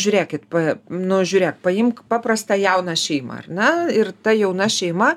žiūrėkit p nu žiūrėk paimk paprastą jauną šeimą ar ne ir ta jauna šeima